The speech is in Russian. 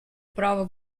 права